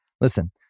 Listen